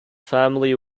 family